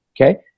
Okay